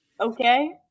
Okay